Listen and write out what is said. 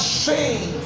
shame